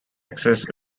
access